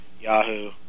Yahoo